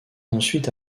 ensuite